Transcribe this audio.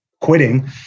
quitting